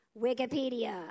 Wikipedia